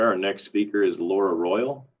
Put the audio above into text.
our next speaker is laura royal.